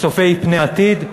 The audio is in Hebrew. צופי פני עתיד,